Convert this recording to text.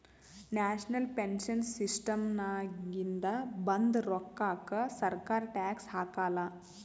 national pension ಸಿಸ್ಟಮ್ನಾಗಿಂದ ಬಂದ್ ರೋಕ್ಕಾಕ ಸರ್ಕಾರ ಟ್ಯಾಕ್ಸ್ ಹಾಕಾಲ್